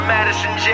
Madison